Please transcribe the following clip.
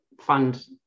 fund